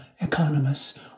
economists